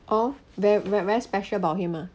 oh very very special about him ah